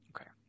Okay